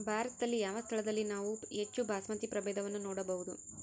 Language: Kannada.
ಭಾರತದಲ್ಲಿ ಯಾವ ಸ್ಥಳದಲ್ಲಿ ನಾವು ಹೆಚ್ಚು ಬಾಸ್ಮತಿ ಪ್ರಭೇದವನ್ನು ನೋಡಬಹುದು?